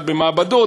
אחד במעבדות,